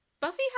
Buffy